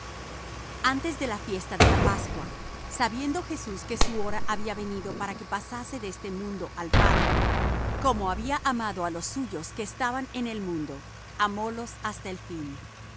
antes de la fiesta de la pascua sabiendo jesús que su hora había venido para que pasase de este mundo al padre como había amado á los suyos que estaban en el mundo amólos hasta el fin